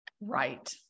Right